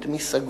את מי סגרו,